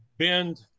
bend